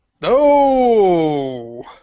No